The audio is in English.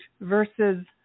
versus